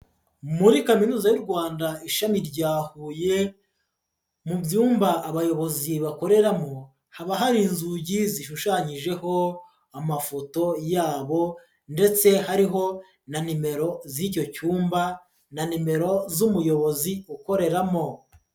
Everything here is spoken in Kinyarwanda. Muri kaminuza y'u Rwanda ishami rya Huye, mu byumba abayobozi bakoreramo haba hari inzugi zishushanyijeho amafoto yabo, ndetse hariho na nimero z'icyo cyumba, na nimero z'umuyobozi ukoreramo.